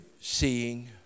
seeing